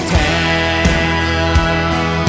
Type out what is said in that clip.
town